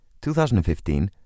2015